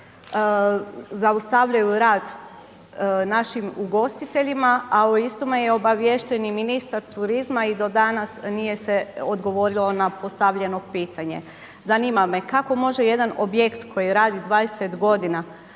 zaustavljaju rad našim ugostiteljima, a o istome je obaviješten i ministar turizma i do danas se nije odgovorilo na postavljeno pitanje. Zanima me kako može jedan objekt koji radi 20 godina,